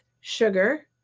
sugar